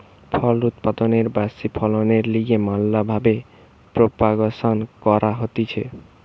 ফল উৎপাদনের ব্যাশি ফলনের লিগে ম্যালা ভাবে প্রোপাগাসন ক্যরা হতিছে